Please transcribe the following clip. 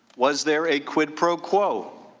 was there a quid pro quo.